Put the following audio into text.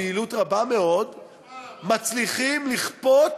ביעילות רבה מאוד מצליחים לכפות